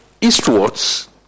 eastwards